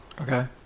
Okay